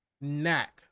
knack